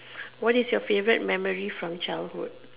what is your favourite memory from childhood